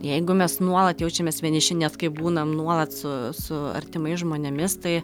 jeigu mes nuolat jaučiamės vieniši nei kai būnam nuolat su su artimais žmonėmis tai